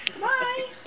Bye